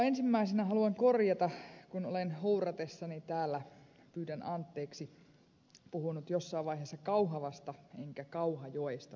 ensimmäisenä haluan korjata sen kun olen huuratessani täällä pyydän anteeksi puhunut jossain vaiheessa kauhavasta enkä kauhajoesta